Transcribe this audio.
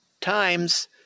times